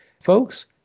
folks